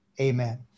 amen